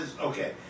Okay